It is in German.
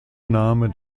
name